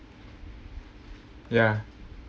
ya